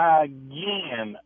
again